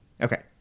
okay